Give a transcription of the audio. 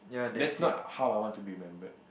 that's not how I want to be remembered